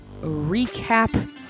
Recap